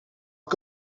het